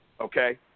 Okay